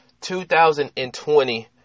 2020